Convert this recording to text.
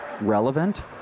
relevant